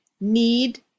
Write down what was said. need